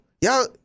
y'all